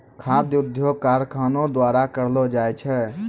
खाद्य उद्योग कारखानो द्वारा करलो जाय छै